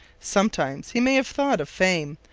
sometimes he may have thought of fame,